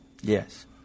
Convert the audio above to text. Yes